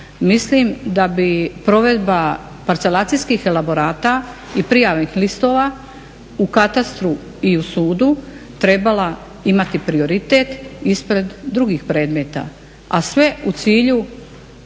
mislim da bi provedba parcelacijskih elaborata i prijavnih listova u katastru i u sudu trebala imati prioritet ispred drugih predmeta a sve u cilju